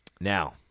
now